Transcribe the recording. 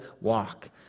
walk